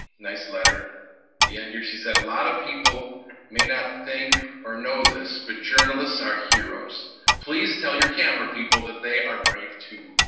nice letter the end here she said a lot of people may not think or know this, but journalists are heroes please tell your camera people that they are brave too.